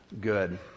good